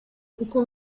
kuko